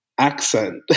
accent